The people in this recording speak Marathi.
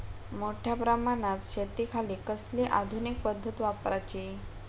मोठ्या प्रमानात शेतिखाती कसली आधूनिक पद्धत वापराची?